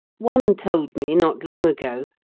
one told me, not long ago,